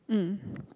mm